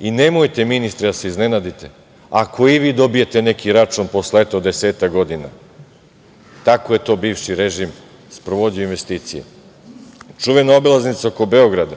i nemojte, ministre, da se iznenadite ako i vi dobijete neki račun posle desetak godina. Tako je bivši režim sprovodio u investicije. Čuvena obilaznica oko Beograda